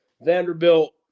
Vanderbilt –